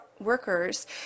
workers